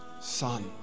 son